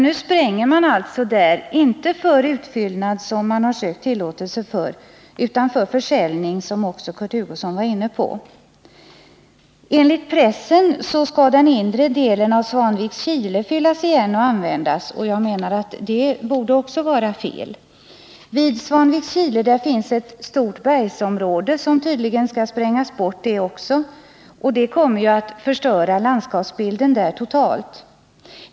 Nu spränger man emellertid där — inte för utfyllnad, som man har sökt tillåtelse till, utan för försäljning, som också Kurt Hugosson var inne på. Enligt pressen skall den inre delen av Svanvikskile fyllas igen och användas, och jag menar att det också är fel. Vid Svanvikskile finns ett stort bergsområde som tydligen också skall sprängas bort. Det kommer att förstöra landskapsbilden där totalt.